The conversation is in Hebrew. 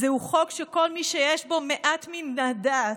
זהו חוק שכל מי שיש בו מעט מן הדעת